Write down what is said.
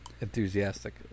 enthusiastic